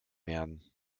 werden